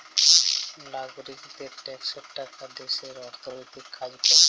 লাগরিকদের ট্যাক্সের টাকা দ্যাশের অথ্থলৈতিক কাজ ক্যরে